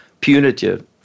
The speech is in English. punitive